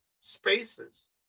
spaces